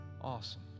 Awesome